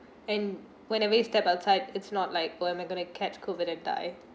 and whenever you step outside it's not like oh am I going to catch COVID then die